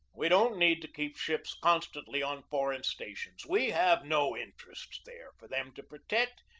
we don't need to keep ships constantly on foreign stations we have no interests there for them to protect,